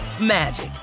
magic